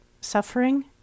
suffering